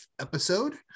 episode